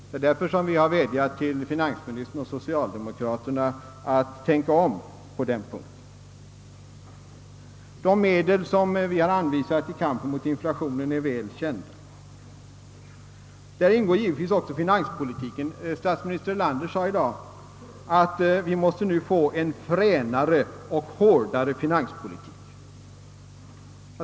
Det är därför vi har vädjat till finansministern och socialdemokraterna att tänka om på denna punkt. De medel vi har anvisat för kampen mot inflationen är väl kända. Däri ingår givetvis också finanspolitiken. Statsminister Erlander sade i dag att vi nu måste få en fränare och hårdare finanspolitik.